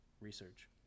research